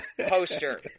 poster